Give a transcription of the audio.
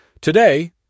Today